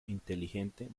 inteligente